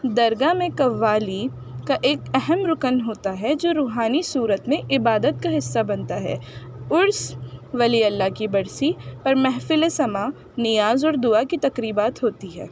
درگاہ میں قوالی کا ایک اہم رکن ہوتا ہے جو روحانی صورت میں عبادت کا حصہ بنتا ہے عرس ولی اللہ کی برسی پر محفل سماع نیاز اور دعا کی تقریبات ہوتی ہے